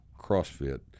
CrossFit